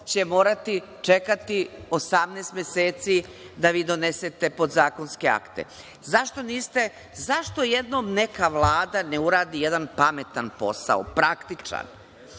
će morati čekati 18 meseci da vi donesete podzakonske akte. Zašto jednom neka vlada ne uradi jedan pametan posao, praktičan,